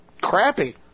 crappy